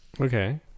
Okay